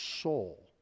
soul